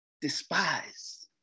despise